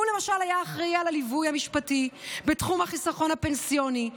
הוא למשל היה אחראי לליווי המשפטי בתחום החיסכון הפנסיוני,